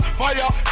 fire